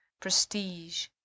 prestige